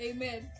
Amen